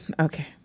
Okay